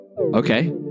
Okay